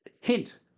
Hint